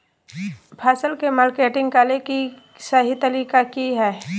फसल के मार्केटिंग करें कि सही तरीका की हय?